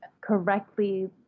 correctly